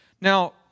Now